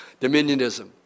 Dominionism